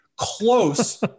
close